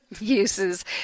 uses